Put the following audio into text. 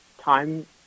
time